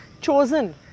chosen